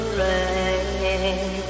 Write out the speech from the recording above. rain